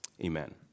amen